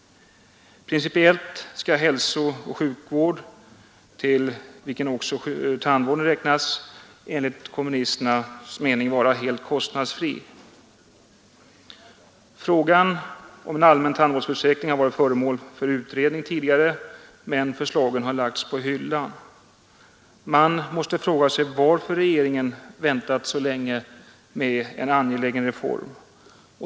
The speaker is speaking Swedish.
Principiellt skall hälsooch sjukvården, till vilken också tandvården räknas, enligt kommunisternas mening vara helt kostnadsfri. Frågan om en allmän tandvårdsförsäkring har varit föremål för utredning tidigare, men förslagen har lagts på hyllan. Man måste fråga sig varför regeringen väntat så länge med en så angelägen reform.